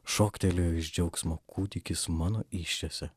šoktelėjo iš džiaugsmo kūdikis mano įsčiose